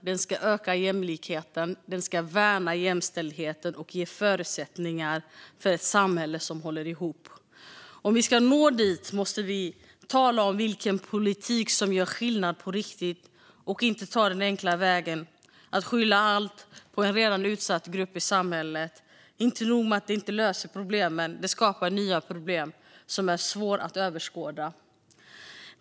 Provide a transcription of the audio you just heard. Den ska öka jämlikheten, värna jämställdheten och ge förutsättningar för ett samhälle som håller ihop. Om vi ska nå dit måste vi tala om vilken politik som gör skillnad på riktigt och inte ta den enkla vägen att skylla allt på en redan utsatt grupp i samhället. Det är inte nog med att det inte löser problemen. Det skapar nya problem som är svåra att överskåda.